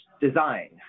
design